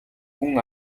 гүн